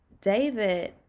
David